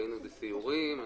היינו בסיורים,